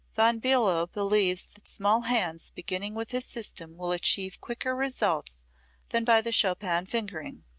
von billow believes that small hands beginning with his system will achieve quicker results than by the chopin fingering.